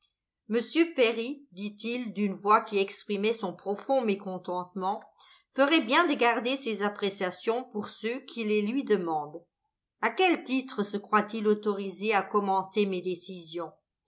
m perry dit-il d'une voix qui exprimait son profond mécontentement ferait bien de garder ses appréciations pour ceux qui les lui demandent à quel titre se croit-il autorisé à commenter mes décisions